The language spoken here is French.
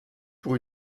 pour